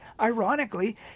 ironically